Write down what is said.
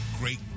great